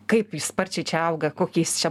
kaip jis sparčiai čia auga kokiais čia